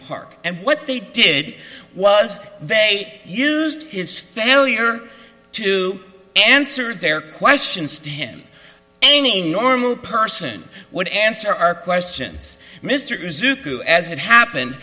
park and what they did was they used his failure to answer their questions to him any normal person would answer our questions mr zucker who as it happened